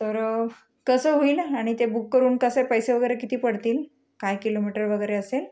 तर कसं होईल आणि ते बुक करून कसे पैसे वगैरे किती पडतील काय किलोमीटर वगैरे असेल